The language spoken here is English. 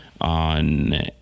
on